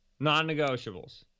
Non-negotiables